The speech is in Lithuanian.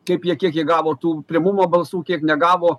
kaip jie kiek jie gavo tų pirmumo balsų kiek negavo